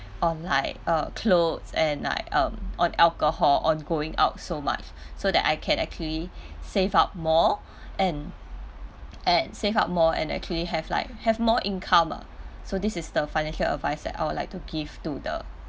on like uh clothes and like um on alcohol on going out so much so that I can actually save up more and and save out more and actually have like have more income ah so this is the financial advice that I would like to give to the